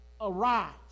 arise